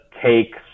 take